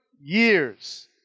years